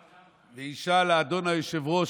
למה?